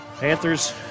Panthers